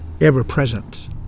ever-present